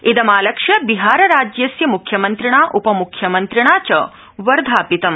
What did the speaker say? इदमालक्ष्य बिहार राज्यस्य मुख्यमन्त्रिणा उपमुख्यमन्त्रिणा च वर्धापितम्